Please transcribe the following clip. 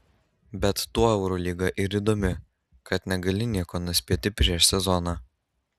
bet tuo eurolyga ir įdomi kad negali nieko nuspėti prieš sezoną